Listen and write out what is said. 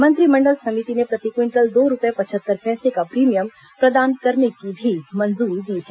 मंत्रिमंडल समिति ने प्रतिक्विंटल दो रूपए पचहत्तर पैसे का प्रीमियम प्रदान करने की भी मंजूरी दी है